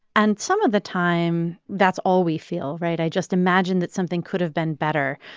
and some of the time, that's all we feel. right? i just imagined that something could have been better.